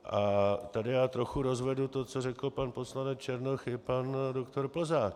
A tady já trochu rozvedu to, co řekl pan poslanec Černoch i pan doktor Plzák.